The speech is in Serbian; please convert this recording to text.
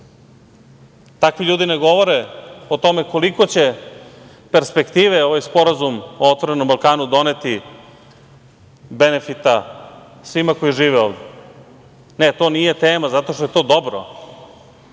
ljudi ne govore o tome koliko će perspektive ovaj sporazum o otvorenom Balkanu doneti benefita svima koji žive ovde. Ne, to nije tema, zato što je to dobro,